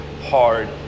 hard